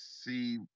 see